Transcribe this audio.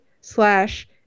slash